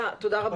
רבה